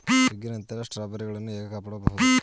ಸುಗ್ಗಿಯ ನಂತರ ಸ್ಟ್ರಾಬೆರಿಗಳನ್ನು ಹೇಗೆ ಕಾಪಾಡ ಬಹುದು?